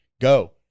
go